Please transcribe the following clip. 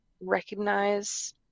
recognize